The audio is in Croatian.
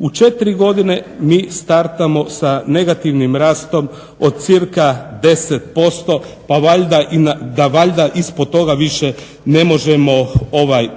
U četiri godine mi startamo sa negativnim rastom od cca 10% da valjda ispod toga više ne možemo